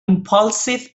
impulsive